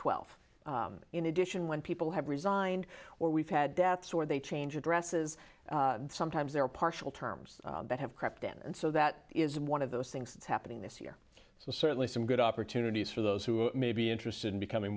twelfth in addition when people have resigned or we've had deaths or they change addresses sometimes they're partial terms that have crept in and so that is one of those things that's happening this year so certainly some good opportunities for those who may be interested in becoming